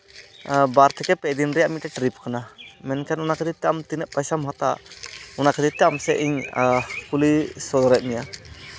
ᱵᱟᱨ ᱛᱷᱮᱠᱮ ᱯᱮ ᱫᱤᱱ ᱨᱮᱭᱟᱜ ᱢᱤᱫᱴᱮᱱ ᱴᱨᱤᱯ ᱠᱟᱱᱟ ᱢᱮᱱᱠᱷᱟᱱ ᱚᱱᱟ ᱴᱨᱤᱯ ᱛᱮ ᱟᱢ ᱛᱤᱱᱟᱹᱜ ᱯᱚᱭᱥᱟᱢ ᱦᱟᱛᱟᱣᱟ ᱚᱱᱟ ᱠᱷᱟᱹᱛᱤᱨ ᱛᱮ ᱟᱢ ᱥᱮᱫ ᱤᱧ ᱠᱩᱞᱤ ᱥᱚᱦᱚᱨᱮᱫ ᱢᱮᱭᱟ